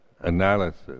analysis